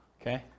Okay